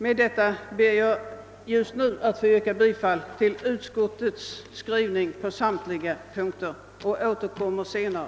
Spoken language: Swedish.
Med detta ber jag att just nu få yrka bifall till utskottets hemställan på samtliga punkter och återkommer senare.